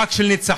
חג של ניצחון.